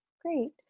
Great